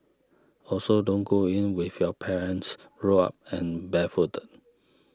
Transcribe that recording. also don't go in with your pants rolled up and barefooted